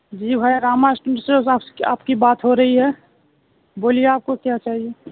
جی بھائی راما انسٹیٹیوٹ آپ کی بات ہو رہی ہے بولیے آپ کو کیا چاہیے